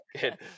Good